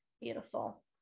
beautiful